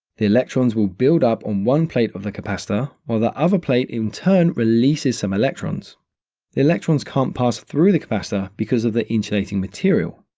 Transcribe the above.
the electrons will build up on one plate of the capacitor, while the other plate, in turn, releases some electrons. the electrons can't pass through the capacitor because of the insulating material.